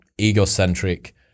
egocentric